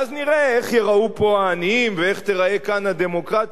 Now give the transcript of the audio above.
ואז נראה איך ייראו פה העניים ואיך תיראה פה הדמוקרטיה.